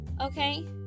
Okay